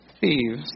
thieves